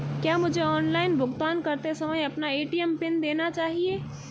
क्या मुझे ऑनलाइन भुगतान करते समय अपना ए.टी.एम पिन देना चाहिए?